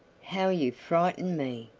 how you frightened me!